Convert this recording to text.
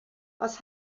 was